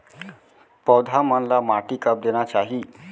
पौधा मन ला माटी कब देना चाही?